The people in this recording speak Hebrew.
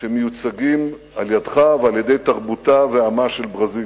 שמיוצגים על-ידך ועל-ידי תרבותה ועמה של ברזיל.